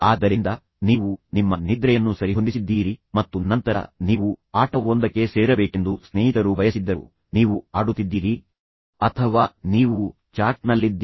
ಆದ್ದರಿಂದ ನೀವು ನಿಮ್ಮ ನಿದ್ರೆಯನ್ನು ಸರಿಹೊಂದಿಸಿದ್ದೀರಿ ಮತ್ತು ನಂತರ ನೀವು ಆಟವೊಂದಕ್ಕೆ ಸೇರಬೇಕೆಂದು ಸ್ನೇಹಿತರು ಬಯಸಿದ್ದರು ನೀವು ಆಡುತ್ತಿದ್ದೀರಿ ಅಥವಾ ನೀವು ಚಾಟ್ನಲ್ಲಿದ್ದೀರಿ